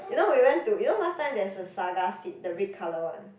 you know we went to you know last time there's a saga seed the red colour one